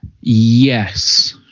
Yes